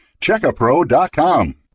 Checkapro.com